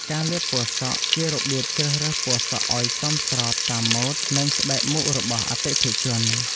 ការលាបពណ៌សក់ ជារបៀបជ្រើសរើសពណ៌សក់ឱ្យសមស្របតាមម៉ូដ និងស្បែកមុខរបស់អតិថិជន។